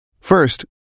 First